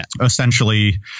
essentially